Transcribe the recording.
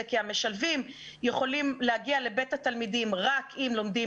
כי המשלבים יכולים להגיע לבית התלמידים רק אם לומדים